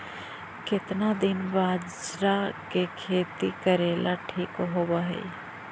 केतना दिन बाजरा के खेती करेला ठिक होवहइ?